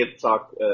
talk